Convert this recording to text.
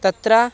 तत्र